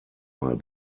mal